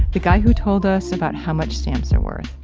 the guy who told us about how much stamps are worth.